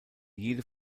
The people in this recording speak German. jede